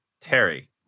Terry